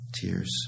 tears